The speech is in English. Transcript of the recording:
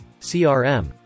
CRM